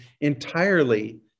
entirely